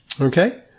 Okay